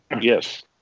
Yes